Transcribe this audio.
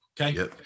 Okay